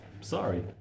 Sorry